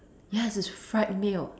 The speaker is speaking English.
yes it's fried milk